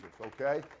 Okay